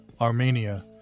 Armenia